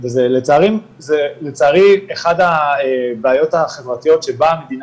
וזה לצערי אחת הבעיות החברתיות שבה המדינה